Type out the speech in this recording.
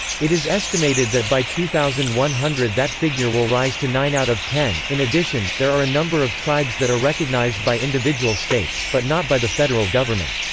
it is estimated that by two thousand one hundred that figure will rise to nine out of ten in addition, there are a number of tribes that are recognized by individual states, but not by the federal government.